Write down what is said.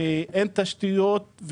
אין תשתיות,